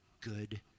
good